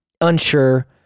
unsure